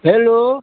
hello